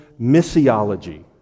missiology